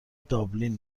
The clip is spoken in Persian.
دابلین